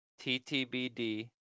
ttbd